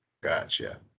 Gotcha